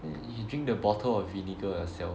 you drink the bottle of vinegar yourself